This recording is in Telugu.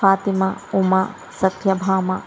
ఫాతిమ ఉమా సత్యభామా